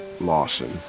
Lawson